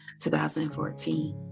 2014